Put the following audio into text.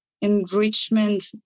enrichment